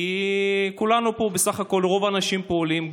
כי כולנו פה, בסך הכול, רוב האנשים פה עולים.